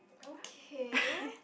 okay